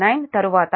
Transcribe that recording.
19 తరువాత 0